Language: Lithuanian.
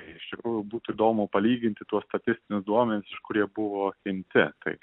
iš tikrųjų būtų įdomu palyginti tuos statistinius duomenisiš kurie jie buvo imti tai